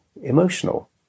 emotional